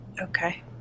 Okay